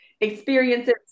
experiences